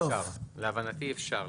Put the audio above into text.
להבנתי אפשר,